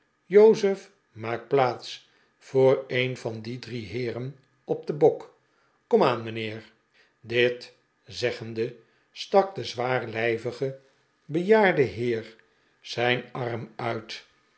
jozef maak plaats voor een van die drie heeren op den bok komaan mijnheer dit zeggende stak de zwaarlijvige bejaarde heer zijn arm uit